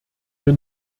wir